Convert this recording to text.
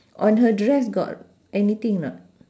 on her dress got anything or not